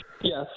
Yes